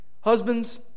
Husbands